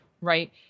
right